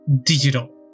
digital